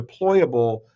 deployable